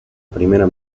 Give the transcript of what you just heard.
primera